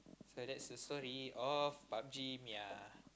so that's the story of PUB-G